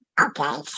okay